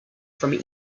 from